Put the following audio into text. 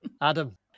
Adam